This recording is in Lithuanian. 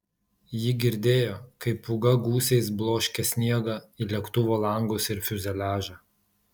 ji girdėjo kaip pūga gūsiais bloškė sniegą į lėktuvo langus ir fiuzeliažą